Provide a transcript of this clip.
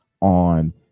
on